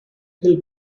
hill